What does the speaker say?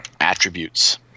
attributes